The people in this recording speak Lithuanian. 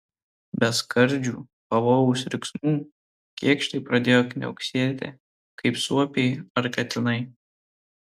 be skardžių pavojaus riksmų kėkštai pradėjo kniauksėti kaip suopiai ar katinai